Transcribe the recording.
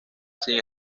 sin